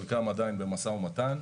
חלקם עדיין במשא ומתן,